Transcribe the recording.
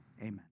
amen